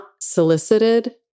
solicited